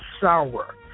sour